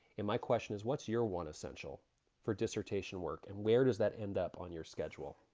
and my question is what is your one essential for dissertation work and where does that end up on your schedule?